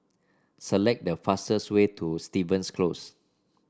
select the fastest way to Stevens Close